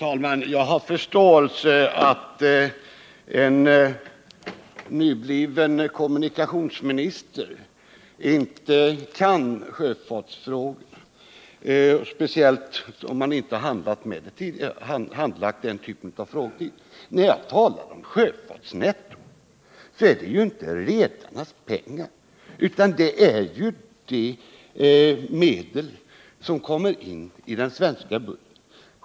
Herr talman! Jag har förståelse för att en nybliven kommunikationsminister inte kan sjöfartsfrågorna, speciellt som han inte har handlagt den typen av frågor tidigare. När jag talar om sjöfartsnettot är det ju inte redarnas pengar jag talar om, utan det är de medel som kommer in i den svenska budgeten.